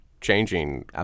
changing